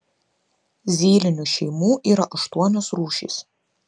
zylinių šeimų yra aštuonios rūšys